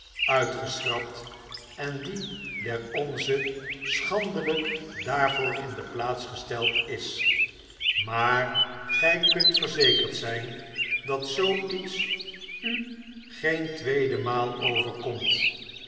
uitgeschrapt en die der onze schandelyk daarvoor in de plaats gesteld is maar gy kunt verzekerd zyn dat zoo iets u geen tweemaal overkomt